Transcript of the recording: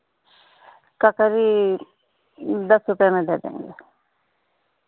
ककरी दस रुपये में दे देंगे